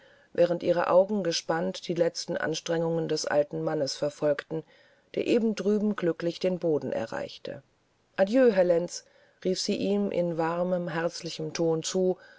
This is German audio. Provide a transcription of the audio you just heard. während ihre augen gespannt die letzte anstrengung des alten mannes verfolgten der eben drüben glücklich den boden erreichte adieu herr lenz rief sie ihm in warm herzlichem tone zu